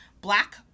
black